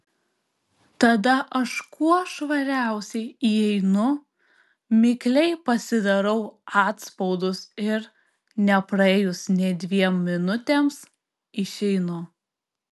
tada aš kuo švariausiai įeinu mikliai pasidarau atspaudus ir nepraėjus nė dviem minutėms išeinu